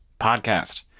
Podcast